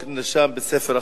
החוק נרשם בספר החוקים.